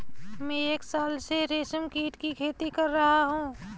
मैं एक साल से रेशमकीट की खेती कर रहा हूँ